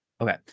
Okay